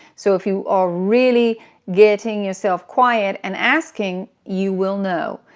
so if you are really getting yourself quiet and asking, you will know.